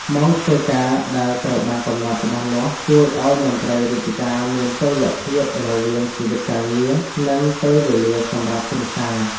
ម៉ោងធ្វើការដែលត្រូវបានកំណត់ច្បាស់លាស់ ជួយឱ្យមន្ត្រីរាជការមានតុល្យភាពរវាងជីវិតការងារ និងពេលវេលាសម្រាប់គ្រួសារ។